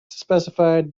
specified